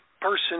person